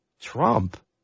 Trump